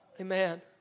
Amen